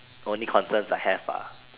only concerns I have ah